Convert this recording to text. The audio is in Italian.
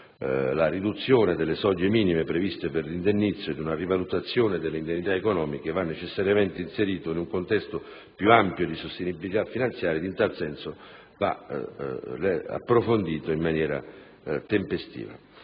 la riduzione delle soglie minime previste per l'indennizzo ed una rivalutazione delle indennità economiche, in un contesto più ampio di sostenibilità finanziaria ed in tal senso va approfondito in maniera tempestiva.